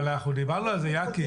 אבל אנחנו דיברנו על זה, יקי.